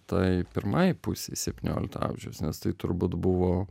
tai pirmai pusei septyniolika amžiaus nes tai turbūt buvo